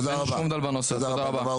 תודה רבה.